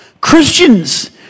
Christians